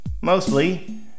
Mostly